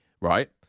right